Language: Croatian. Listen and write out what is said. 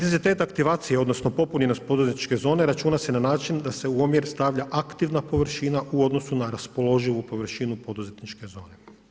Intenzitet aktivacije, odnosno popunjenost poduzetničke zone računa se na način da se u omjer stavlja aktivna površina u odnosu na raspoloživu površinu poduzetničke zone.